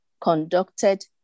conducted